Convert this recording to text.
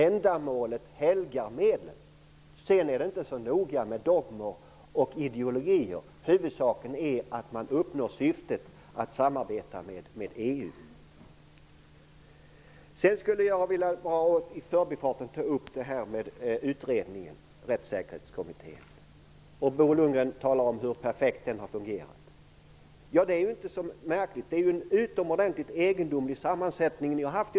Ändamålet helgar medlen. Sedan är det inte så noga med dogmer och ideologier. Huvudsaken är att man uppnår syftet att samarbeta med EU. I förbifarten vill jag ta upp detta med Rättssäkerhetskommittén. Bo Lundgren talade om hur perfekt den har fungerat. Det är ju inte så märkligt, eftersom kommittén har en utomordentligt egendomlig sammansättning.